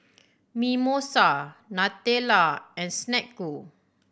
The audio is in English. Mimosa Nutella and Snek Ku